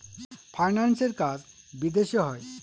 ফাইন্যান্সের কাজ বিদেশে হয়